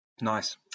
Nice